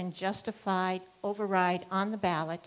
and justified override on the ballot